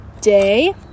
day